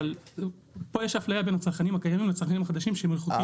אבל פה יש אפליה בין הצרכנים הקיימים לצרכנים החדשים שהם רחוקים.